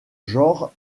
genre